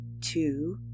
two